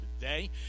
today